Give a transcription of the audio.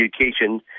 Education